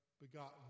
begotten